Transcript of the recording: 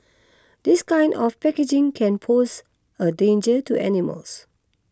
this kind of packaging can pose a danger to animals